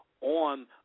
on